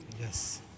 Yes